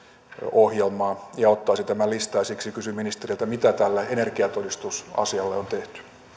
ohjelmaa ja ottaisi tämän listaan siksi kysyn ministeriltä mitä tälle energiatodistusasialle on tehty